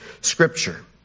scripture